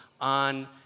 on